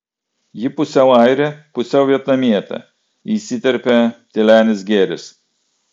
ji pusiau airė pusiau vietnamietė įsiterpė tylenis gėris